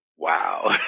Wow